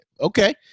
Okay